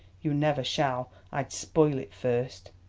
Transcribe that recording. you never shall i'd spoil it first!